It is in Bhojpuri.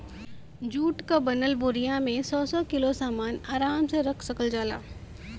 जुट क बनल बोरिया में सौ सौ किलो सामन आराम से रख सकल जाला